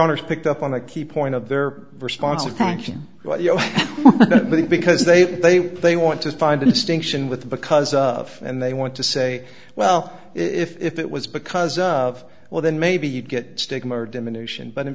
honour's picked up on the key point of their response of thank you because they they they want to find a distinction with because of and they want to say well if it was because of well then maybe you'd get stigma or diminution but in